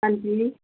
ਹਾਂਜੀ